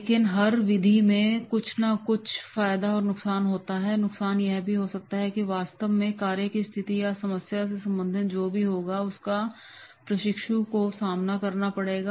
लेकिन हर विधि के कुछ ना कुछ फायदे और नुकसान होते हैं नुकसान यह भी हो सकता है कि वास्तव में कार्य की स्थिति या समस्या से संबंधित जो भी होगा उसका प्रशिक्षु को सामना करना पड़ेगा